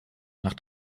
nach